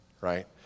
right